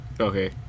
okay